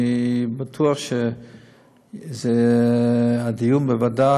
אני בטוח שהדיון בוועדה,